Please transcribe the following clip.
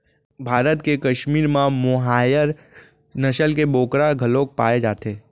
भारत के कस्मीर म मोहायर नसल के बोकरा घलोक पाए जाथे